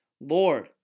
Lord